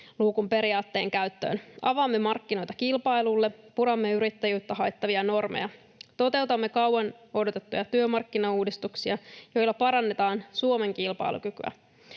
luukun periaatteen käyttöön. Avaamme markkinoita kilpailulle, puramme yrittäjyyttä haittaavia normeja ja toteutamme kauan odotettuja työmarkkinauudistuksia, joilla parannetaan Suomen kilpailukykyä,